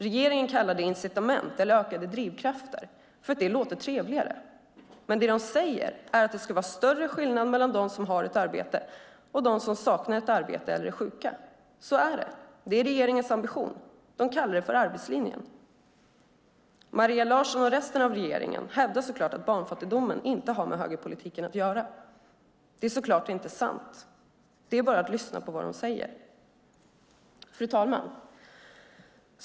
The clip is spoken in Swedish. Regeringen kallar det incitament eller ökade drivkrafter, för det låter trevligare, men vad de säger är att det ska vara större skillnader mellan dem som har ett arbete och dem som saknar ett arbete eller är sjuka. Så är det. Det är regeringens ambition. De kallar det för arbetslinjen. Maria Larsson och resten av regeringen hävdar att barnfattigdomen inte har med högerpolitiken att göra. Det är så klart inte sant. Det är bara att lyssna på vad de säger. Fru talman!